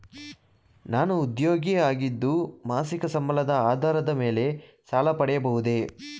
ನಾನು ಉದ್ಯೋಗಿ ಆಗಿದ್ದು ಮಾಸಿಕ ಸಂಬಳದ ಆಧಾರದ ಮೇಲೆ ಸಾಲ ಪಡೆಯಬಹುದೇ?